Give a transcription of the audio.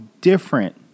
different